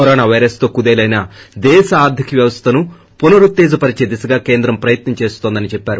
corona పైరస్తో కుదేలైన దేశ ఆర్థిక వ్యస్థను పునరుత్తేజపరచే దిశగా కేంద్రం ప్రయత్నిస్తోందని చెప్పారు